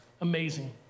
Amazing